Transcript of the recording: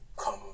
come